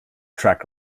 track